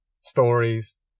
stories